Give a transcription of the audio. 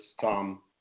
Tom